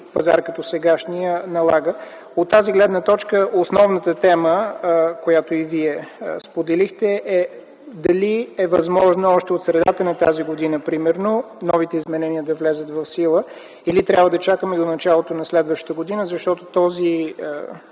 пазар като сегашния налагат. От тази гледна точка основната тема, която и Вие споделихте, е дали е възможно още от средата на тази година, примерно, новите изменения да влязат в сила или трябва да чакаме до началото на следващата година, защото този